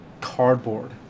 cardboard